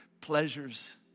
pleasures